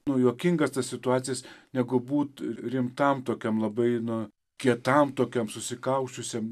nu juokingas tas situacijas negu būt rimtam tokiam labai nu kietam tokiam susikausčiusiam